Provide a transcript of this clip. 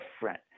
different